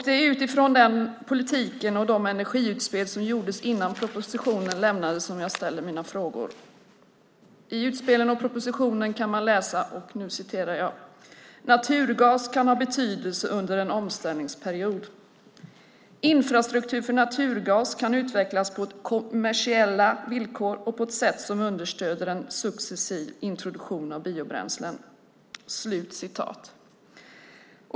Det är utifrån den politiken och de energiutspel som gjordes innan propositionen lämnades som jag ställer mina frågor. I utspelen och i propositionen kan man läsa: Naturgas kan ha betydelse under en omställningsperiod. Infrastruktur för naturgas kan utvecklas på kommersiella villkor och på ett sätt som understöder en successiv introduktion av biobränslen.